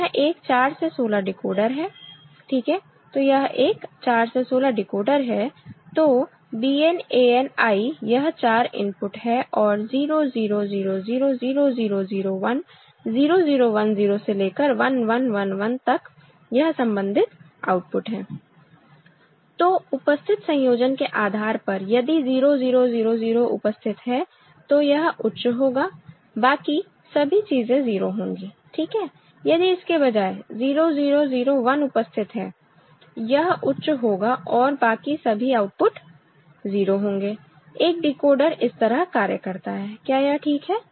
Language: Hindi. यह एक 4 से 16 डिकोडर है ठीक है तो यह एक 4 से 16 डिकोडर है तो Bn An I यह 4 इनपुट है और 0 0 0 0 0 0 0 1 0 0 1 0 से लेकर 1 1 1 1 तक यह संबंधित आउटपुट है तो उपस्थित संयोजन के आधार पर यदि 0 0 0 0 उपस्थित है तो यह उच्च होगा बाकी सभी चीजें 0 होंगी ठीक है यदि इसके बजाय 0 0 0 1 उपस्थित है यह उच्च होगा और बाकी सभी आउटपुट 0 होंगे एक डिकोडर इस तरह कार्य करता है क्या यह ठीक है